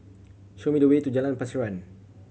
show me the way to Jalan Pasiran